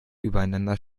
übereinander